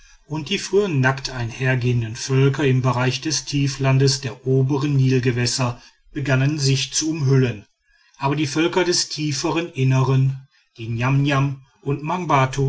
und die früher nackt einhergehenden völker im bereich des tieflands der oberen nilgewässer begannen sich zu umhüllen aber die völker des tieferen innern die niamniam und